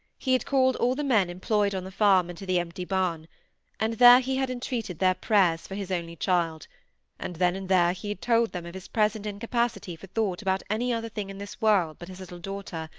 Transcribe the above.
he had called all the men employed on the farm into the empty barn and there he had entreated their prayers for his only child and then and there he had told them of his present incapacity for thought about any other thing in this world but his little daughter,